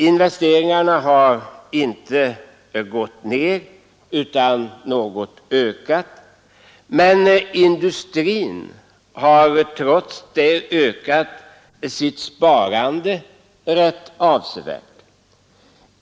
Investeringarna har inte gått ner utan något ökat — men industrin har trots det höjt sitt sparande avsevärt.